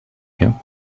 you